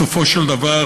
בסופו של דבר.